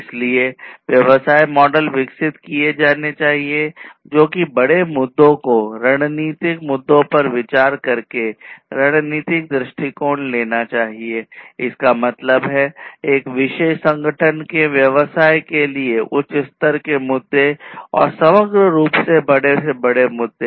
इसलिए व्यवसाय मॉडल विकसित किए जाने चाहिए जो कि बड़े मुद्दों को रणनीतिक मुद्दों पर विचार करके रणनीतिक दृष्टिकोण लेना चाहिए इसका मतलब है एक विशेष संगठन के व्यवसाय के लिए उच्च स्तर के मुद्दे और समग्र रूप से बड़े से बड़े मुद्दे